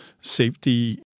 safety